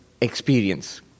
experience